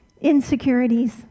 Insecurities